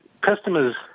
customers